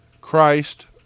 Christ